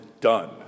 done